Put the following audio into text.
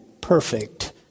perfect